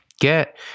get